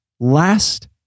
last